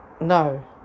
no